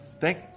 Thank